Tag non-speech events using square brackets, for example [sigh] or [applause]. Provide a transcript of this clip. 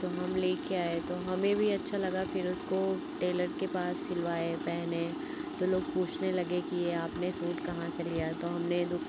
तो हम लेकर आए तो हमें भी अच्छा लगा फिर उसको टेलर के पास सिलवाए पहने तो लोग पूछने लगे कि यह आपने सूट कहाँ से लिया है तो हमने [unintelligible]